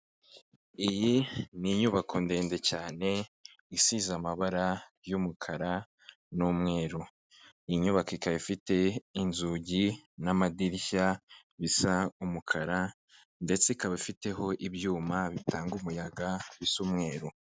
Iyi ni inyubako ndende cyane isize amabara y'umukara n'umweru. Inyubako ikaba ifite inzugi n'amadirishya bisa umukara ndetse ikaba ifiteho ibyuma bitanga umuyaga bisa umweru.